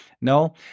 No